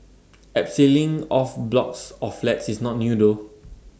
abseiling off blocks of flats is not new though